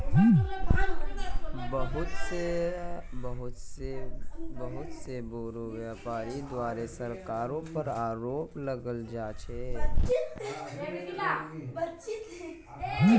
बहुत स बोरो व्यापीरीर द्वारे सरकारेर पर आरोप लगाल जा छेक